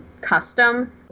custom